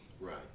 Right